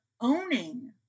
owning